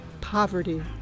poverty